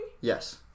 Yes